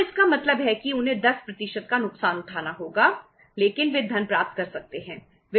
तो इसका मतलब है कि उन्हें 10 का नुकसान उठाना होगा लेकिन वे धन प्राप्त कर सकते हैं